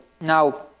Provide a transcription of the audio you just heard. Now